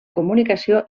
comunicació